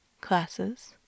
classes